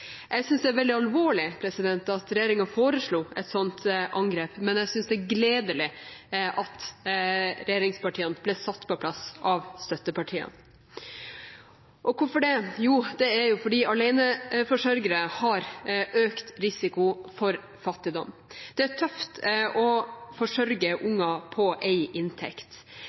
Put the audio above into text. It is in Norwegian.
Jeg synes det er veldig alvorlig at regjeringen foreslo et slikt angrep, men jeg synes det er gledelig at regjeringspartiene ble satt på plass av støttepartiene. Og hvorfor det? Jo, det er fordi aleneforsørgere har økt risiko for fattigdom. Det er tøft å forsørge